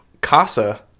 Casa